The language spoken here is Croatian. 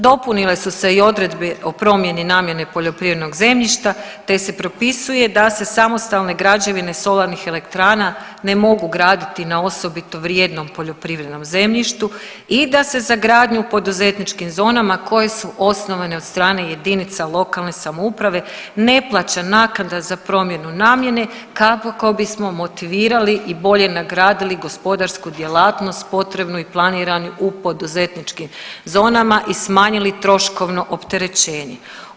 Dopunile su se i odredbe o promjeni namjene poljoprivrednog zemljišta, te se propisuje da se samostalne građevine solarnih elektrana ne mogu graditi na osobito vrijednom poljoprivrednom zemljištu i da se za gradnju u poduzetničkim zonama koje su osnovane od strane jedinica lokalne samouprave ne plaća naknada za promjenu namjene kako bismo motivirali i bolje nagradili gospodarsku djelatnost potrebnu i planiranu u poduzetničkim zonama i smanjili troškovno opterećenje.